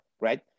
right